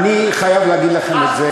אני חייב להגיד לכם את זה,